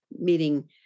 meeting